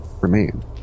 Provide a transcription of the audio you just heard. remain